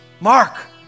Mark